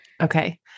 Okay